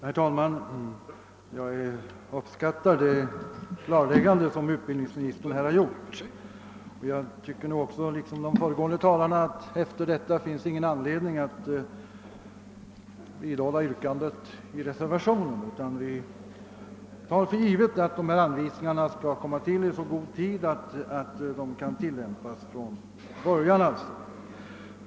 Herr talman! Jag uppskattar det klarläggande som =: utbildningsministern gjort. Jag tycker, liksom föregående talare, att det därefter inte finns någon anledning att vidhålla yrkandet i reservationen 3. Vi tar för givet att dessa anvisningar skall utfärdas i så god tid att de kan tillämpas från början.